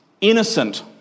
Innocent